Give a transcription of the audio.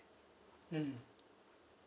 mm